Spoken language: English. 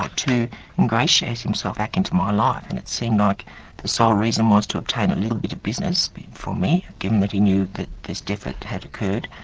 ah to ingratiate himself back into my life, and it seemed like the sole reason was to obtain a little bit of business from me, given that he knew that this death had occurred,